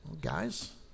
guys